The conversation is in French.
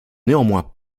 néanmoins